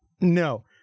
No